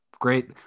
great